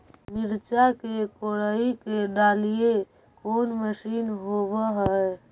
मिरचा के कोड़ई के डालीय कोन मशीन होबहय?